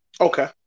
Okay